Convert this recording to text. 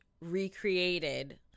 recreated